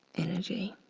energy.